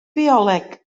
bioleg